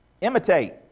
imitate